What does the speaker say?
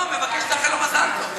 לא, מבקש לאחל לו מזל טוב.